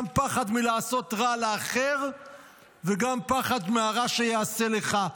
גם פחד מלעשות רע לאחר וגם פחד מהרע שייעשה לך.